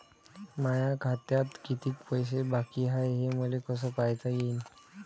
माया खात्यात कितीक पैसे बाकी हाय हे मले कस पायता येईन?